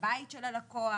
לבית של הלקוח,